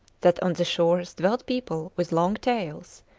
that on the shores dwelt people with long tails,